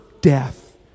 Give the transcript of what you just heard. death